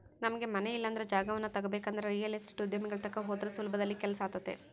ನಮಗೆ ಮನೆ ಇಲ್ಲಂದ್ರ ಜಾಗವನ್ನ ತಗಬೇಕಂದ್ರ ರಿಯಲ್ ಎಸ್ಟೇಟ್ ಉದ್ಯಮಿಗಳ ತಕ ಹೋದ್ರ ಸುಲಭದಲ್ಲಿ ಕೆಲ್ಸಾತತೆ